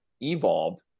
evolved